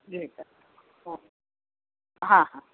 भेटेल हो हां हां